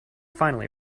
finally